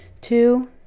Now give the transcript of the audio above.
Two